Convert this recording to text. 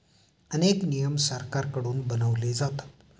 अनेक नियम सरकारकडून बनवले जातात